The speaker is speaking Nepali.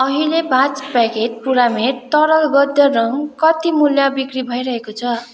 अहिले पाँच प्याकेट प्योरामेट तरल गद्य रङ कति मूल्य बिक्री भइरहेको छ